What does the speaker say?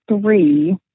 three